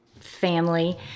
family